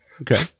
Okay